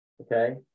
Okay